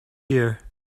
here